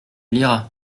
liras